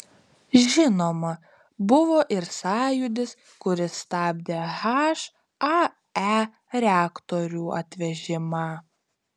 žinoma buvo ir sąjūdis kuris stabdė hae reaktorių atvežimą